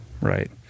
right